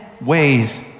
ways